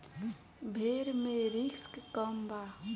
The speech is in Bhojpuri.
भेड़ मे रिस्क कम बा